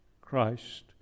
Christ